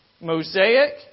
Mosaic